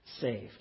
saved